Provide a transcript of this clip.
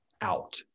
out